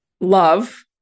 love